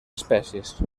espècies